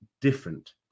different